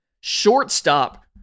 shortstop